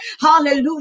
Hallelujah